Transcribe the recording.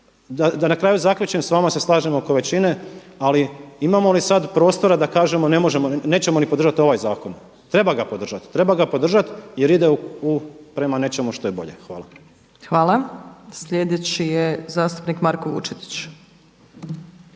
Da na kraju zaključim, s vama se slažem oko većine ali imamo li sada prostora da kažemo ne možemo, nećemo ni podržati ovaj zakon? Treba ga podržati. Treba ga podržati jer ide prema nečemu što je bolje. Hvala. **Opačić, Milanka (SDP)** Hvala. Sljedeći je zastupnik Marko Vučetić.